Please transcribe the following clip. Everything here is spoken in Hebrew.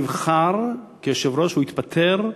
ביום שמופז נבחר ליושב-ראש הוא התפטר,